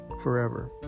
forever